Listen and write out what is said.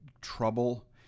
trouble